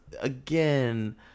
again